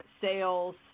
sales